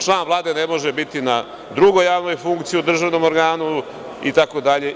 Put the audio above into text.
Član Vlade ne može biti na drugoj javnoj funkciji u držanom organu, itd.